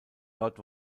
dort